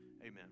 amen